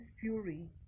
fury